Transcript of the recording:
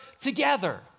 together